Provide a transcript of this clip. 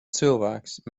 cilvēks